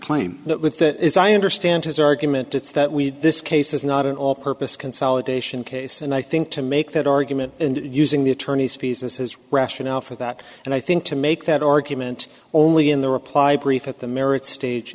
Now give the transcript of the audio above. claim that with that is i understand his argument it's that we had this case is not an all purpose consolidation case and i think to make that argument and using the attorney's fees as his rationale for that and i think to make that argument only in the reply brief at the merits stage